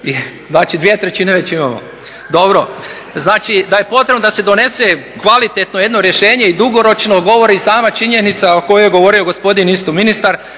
Znači, dvije trećine već imamo. Dobro. Znači, da je potrebno da se donese kvalitetno jedno rješenje i dugoročno govori sama činjenica o kojoj je govorio gospodin isto ministar,